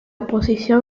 oposición